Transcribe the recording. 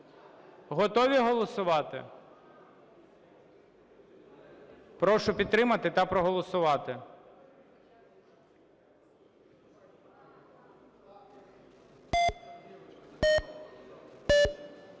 Готові голосувати? Прошу підтримати та проголосувати.